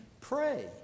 pray